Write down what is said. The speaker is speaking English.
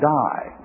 die